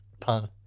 pun